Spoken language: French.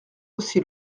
aussi